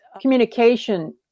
communication